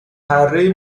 پره